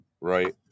Right